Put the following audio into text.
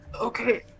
Okay